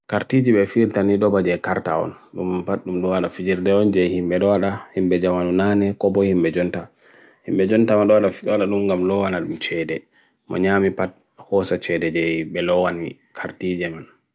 Karthi jibye fil tan nido ba jye karta on. Bum patnum luala fijir de on jye hime luala, hime bejawan unane, koboh hime bejwanta. Hime bejwanta ma luala fil luala lungam luala lm chede. Manyami patn kosa chede jye hime luala nwi. Karthi jaman.